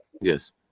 Yes